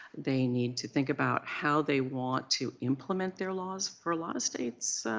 they need to think about how they want to implement their laws. for a lot of states,